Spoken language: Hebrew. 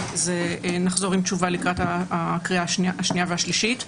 אבל נחזור עם תשובה לקראת הקריאה השנייה והקריאה השלישית.